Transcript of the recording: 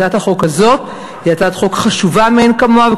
הצעת החוק הזאת היא הצעת חוק חשובה מאין כמוה,